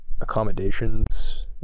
accommodations